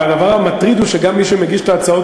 אבל הדבר המטריד הוא שגם מי שמגישים את ההצעות